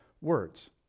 words